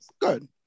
Good